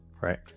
right